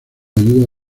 ayuda